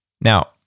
Now